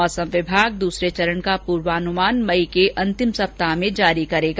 मौसम विभाग दूसरे चरण का पूर्वानुमान मई के अंतिम सप्ताह में जारी करेगा